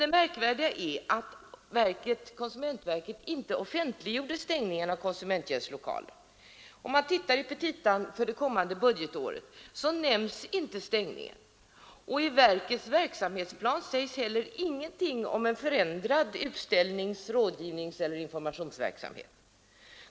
Det märkvärdiga i sammanhanget är att konsumentverket inte offentliggjorde stängningen av konsumenttjänsts lokaler. Om man läser petita för kommande budgetår finner man att stängningen inte nämns där, och inte heller i verkets egen verksamhetsplan sägs någonting om en förändrad utställnings-, rådgivningseller informationsverksamhet.